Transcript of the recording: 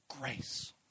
grace